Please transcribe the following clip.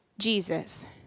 Jesus